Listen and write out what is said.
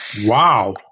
Wow